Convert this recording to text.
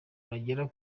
bagera